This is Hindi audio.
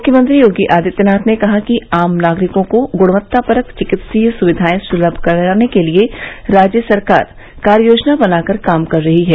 मुख्यमंत्री योगी आदित्यनाथ ने कहा है कि आम नागरिकों को गुणवत्तापरक चिकित्सीय सुविधाएं सुलभ कराने के लिए राज्य सरकार कार्ययोजना बनाकर काम कर रही है